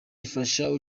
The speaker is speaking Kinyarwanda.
ifasha